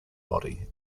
body